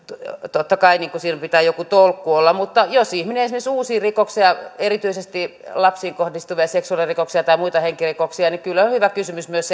totta kai siinä pitää joku tolkku olla mutta jos ihminen esimerkiksi uusii rikoksen ja erityisesti lapsiin kohdistuvia seksuaalirikoksia tai muita henkirikoksia niin kyllä on hyvä kysymys myös